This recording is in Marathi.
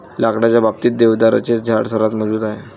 लाकडाच्या बाबतीत, देवदाराचे झाड सर्वात मजबूत आहे